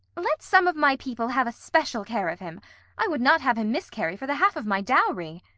let some of my people have a special care of him i would not have him miscarry for the half of my dowry.